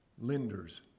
lenders